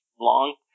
long